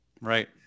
Right